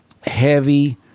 heavy